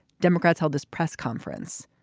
democrats held this press conference.